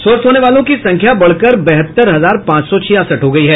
स्वस्थ होने वालों की संख्या बढ़कर बहत्तर हजार पांच सौ छियासठ हो गयी है